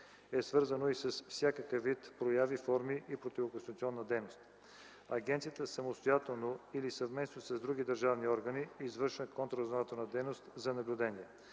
е свързано с всякакъв вид прояви, форми и противоконституционна дейност. Агенцията самостоятелно или съвместно с други държавни органи извършва контраразузнавателна дейност за наблюдение,